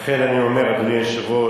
לכן אני אומר, אדוני היושב-ראש,